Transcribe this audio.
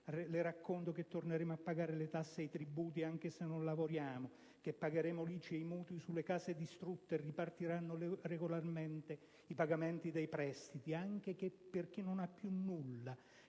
Le racconto che torneremo a pagare le tasse ed i contributi, anche se non lavoriamo. Le racconto che pagheremo l'ICI ed i mutui sulle case distrutte. E ripartiranno regolarmente i pagamenti dei prestiti. Anche per chi non ha più nulla.